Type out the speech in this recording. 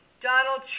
Donald